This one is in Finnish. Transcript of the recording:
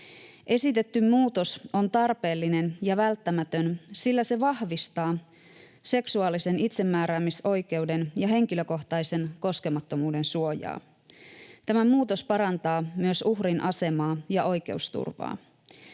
Esitetty muutos on tarpeellinen ja välttämätön, sillä se vahvistaa seksuaalisen itsemääräämisoikeuden ja henkilökohtaisen koskemattomuuden suojaa. Tämä muutos parantaa myös uhrin asemaa ja oikeusturvaa.